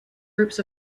groups